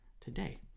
today